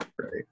right